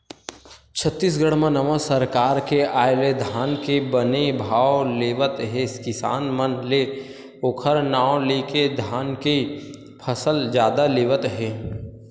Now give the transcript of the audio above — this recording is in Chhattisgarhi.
छत्तीसगढ़ म नवा सरकार के आय ले धान के बने भाव लेवत हे किसान मन ले ओखर नांव लेके धान के फसल जादा लेवत हे